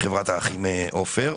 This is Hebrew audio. לחברת האחים עופר.